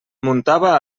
muntava